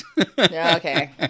Okay